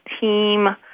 team